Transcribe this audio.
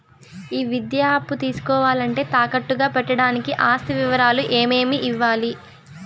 ఈ విద్యా అప్పు తీసుకోవాలంటే తాకట్టు గా పెట్టడానికి ఆస్తి వివరాలు ఏమేమి ఇవ్వాలి?